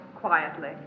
quietly